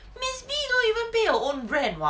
miss B don't even pay her rent [what]